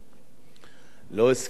לא השכילה הממשלה להבין,